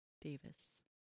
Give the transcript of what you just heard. Davis